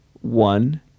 one